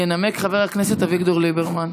ינמק חבר הכנסת אביגדור ליברמן.